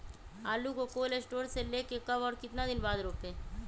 आलु को cold store से ले के कब और कितना दिन बाद रोपे?